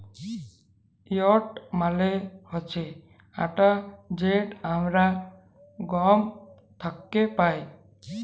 wheat মালে হছে আটা যেট আমরা গহম থ্যাকে পাই